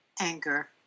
anger